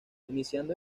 iniciando